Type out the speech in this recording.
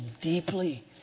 deeply